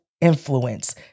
influence